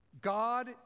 God